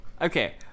Okay